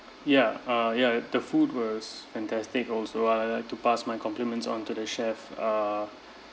ya uh ya the food was fantastic also ah I like to pass my compliments on to the chef uh